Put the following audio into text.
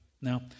Now